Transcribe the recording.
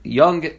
young